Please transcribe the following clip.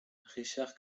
richard